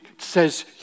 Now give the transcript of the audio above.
says